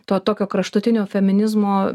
to tokio kraštutinio feminizmo